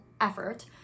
effort